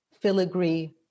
filigree